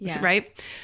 right